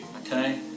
Okay